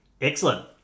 Excellent